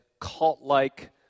cult-like